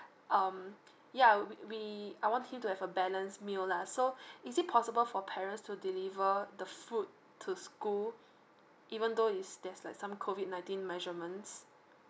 um yeah we we I want him to have a balanced meal lah so is it possible for parents to deliver the food to school even though is there's like some COVID nineteen measurements